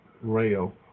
rail